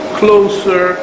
closer